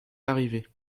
arrivé